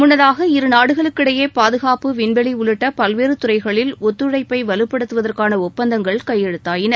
முன்னதாக இரு நாடுகளுக்கிடையே பாதுகாப்பு விண்வெளி உள்ளிட்ட பல்வேறு துறைகளில் ஒத்துழைப்பை வலுப்படுத்துவதற்கான ஒப்பந்தங்கள் கையெழுத்தாயின